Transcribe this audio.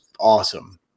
awesome